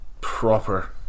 proper